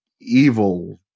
evil